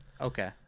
Okay